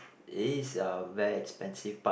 it is a very expensive part